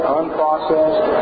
unprocessed